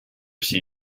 seen